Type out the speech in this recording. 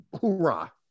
Hoorah